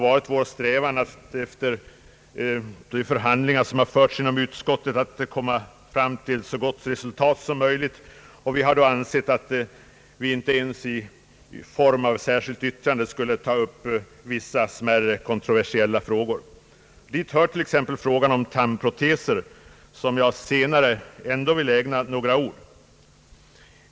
Vi har strävat efter att genom förhandlingar inom utskottet komma fram till ett så gott resultat som möjligt, och vi har då inte ens ansett oss genom särskilda yttranden böra ta upp vissa smärre kontroversiella frågor. Dit hör t.ex. frågan om tandproteser, som jag senare vill ägna några ord.